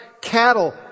cattle